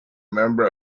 member